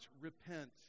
repent